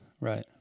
right